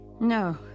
No